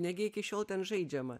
negi iki šiol ten žaidžiama